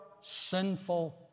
sinful